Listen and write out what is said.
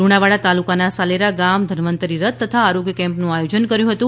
લુણાવાડા તાલુકાનાં સાલેરા ગામ ધન્વંતરિ રથ તથા આરોગ્ય કેમ્પનું આયોજન કર્યું હતું